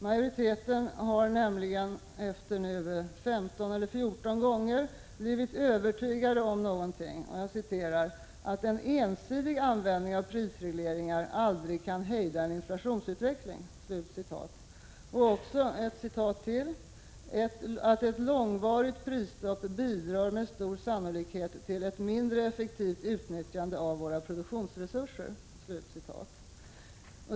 Majoriteten har efter 14 gånger blivit övertygad om att en ”ensidig användning av prisregleringar aldrig kan hejda en inflationsutveckling” och att ”ett långvarigt prisstopp bidrar med stor sannolikhet till ett mindre effektivt utnyttjande av våra produktionsresurser”.